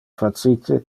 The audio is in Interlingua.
facite